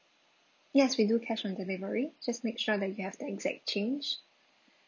yes we do cash on delivery just make sure that you have the exact change